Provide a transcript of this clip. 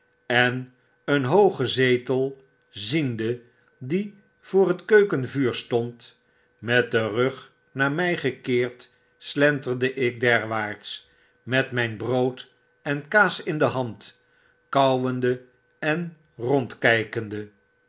en een hoogen zetel ziende die voor het keukenvuur stond met den rug naar mij gekeerd slenterde ik derwaarts met myn brood en kaas in de hand kauwendeenrondkykende een